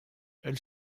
elle